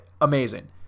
amazing